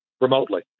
remotely